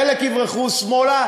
חלק יברחו שמאלה,